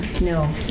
No